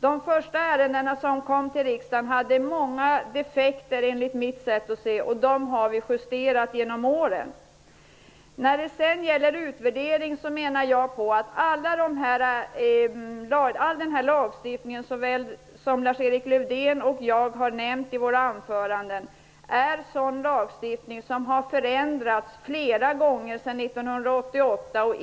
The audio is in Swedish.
De första förslagen som kom till riksdagen hade många defekter, enligt mitt sätt att se. De har vi justerat genom åren. Alla de lagar som både Lars-Erik Lövdén och jag har nämnt i våra anföranden har förändrats flera gånger sedan 1988.